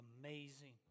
amazing